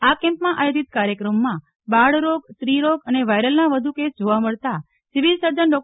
આ કેમ્પમાં આયોજિત કાર્યક્રમમાં બાળરોગ સ્ત્રીરોગ અને વાયરલના વધુ કેસ જોવા મળતા સીવીલ સર્જન ડો